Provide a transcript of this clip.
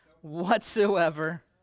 whatsoever